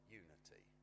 unity